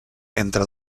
entre